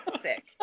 Sick